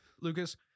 Lucas